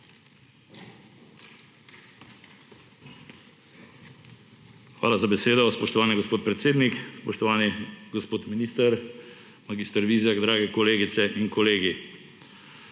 Hvala za besedo, spoštovani gospod predsednik. Spoštovani gospod minister mag. Vizjak, drage kolegice in kolegi!